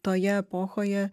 toje epochoje